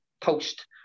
post